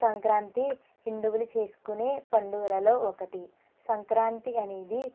సంక్రాంతి హిందువులు చేసుకునే పండుగలలో ఒకటి సంక్రాంతి అనేది